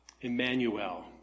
Emmanuel